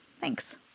Thanks